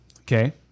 okay